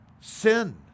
sin